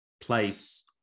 place